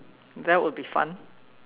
that would be fun